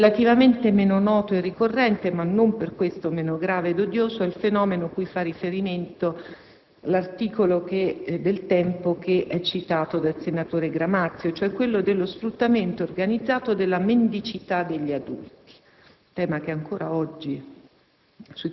Relativamente meno noto e ricorrente, ma non per questo meno grave ed odioso, è il fenomeno cui fa riferimento l'articolo de «Il Tempo» citato dal senatore Gramazio, cioè quello dello sfruttamento organizzato della mendicità degli adulti, tema ancora oggi